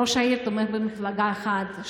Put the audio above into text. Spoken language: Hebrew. ראש העיר תומך במפלגה אחת,